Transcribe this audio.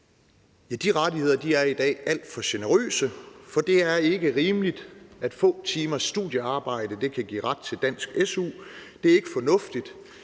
danske ydelser, er i dag alt for generøse, for det er ikke rimeligt, at få timers studiearbejde kan give ret til dansk su. Det er ikke fornuftigt,